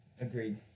Agreed